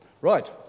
Right